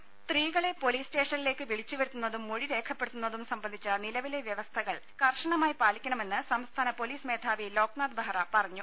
ദേഴ സ്ത്രീകളെ പൊലീസ് സ്റ്റേഷനിലേക്ക് വിളിച്ചു വരുത്തുന്നതും മൊഴി രേഖപ്പെടുത്തുന്നതും സംബന്ധിച്ച നിലവിലെ വ്യവസ്ഥകൾ കർശനമായി പാലിക്കണമെന്ന് സംസ്ഥാന പൊലീസ് മേധാവി ലോക്നാഥ് ബെഹ്റ പറഞ്ഞു